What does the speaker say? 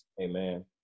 Amen